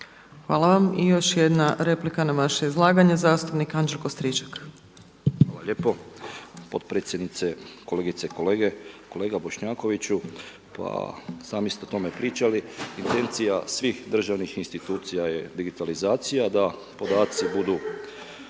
Hvala vam. I još jedna replika na vaše izlaganje zastupnik Anđelko Stričak. **Stričak, Anđelko (HDZ)** Hvala lijepo potpredsjednice, kolegice i kolege. Kolega Bošnjakoviću pa sami ste o tome pričali. Intencija svih državnih institucija je digitalizacija da podaci budu